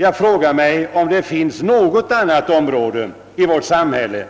Jag frågar mig om det finns något annat område i vårt samhälle